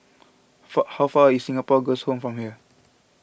far how far is Singapore Girls' Home from here